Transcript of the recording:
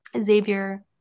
Xavier